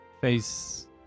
face